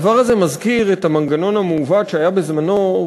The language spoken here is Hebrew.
הדבר הזה מזכיר את המנגנון המעוות שהיה בזמנו,